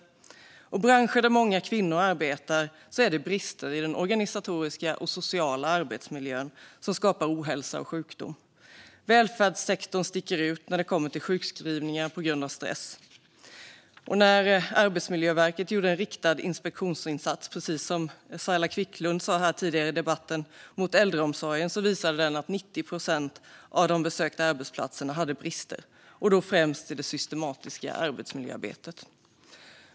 I branscher där många kvinnor arbetar är det brister i den organisatoriska och sociala arbetsmiljön som skapar ohälsa och sjukdom. Välfärdssektorn sticker ut när det kommer till sjukskrivningar på grund av stress. När Arbetsmiljöverket gjorde en riktad inspektionsinsats i äldreomsorgen, som Saila Quicklund sa tidigare här i debatten, visade den att 90 procent av de besökta arbetsplatserna hade brister och då främst i det systematiska arbetsmiljöarbetet.